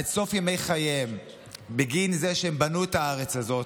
עד סוף ימי חייהם בגין זה שהם בנו את הארץ הזאת,